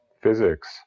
physics